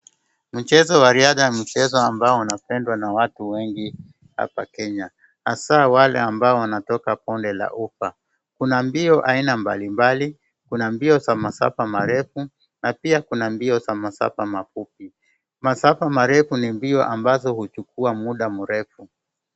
Mchezo wa riadha ni mchezo ambao unapendwa na watu wengi hapa kenya hasa wale ambao wanatoka bonde la ufa ,kuna mbio aina mbalimbali, kuna mbio za masafa marefu na pia kuna mbio za masafa mafupi. Masafa marefu ni mbio ambazo huchukua muda mrefu.